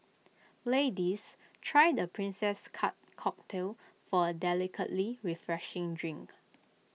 ladies try the princess cut cocktail for A delicately refreshing drink